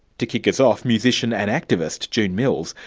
to kick us off, musician and activist, june mills,